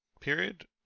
period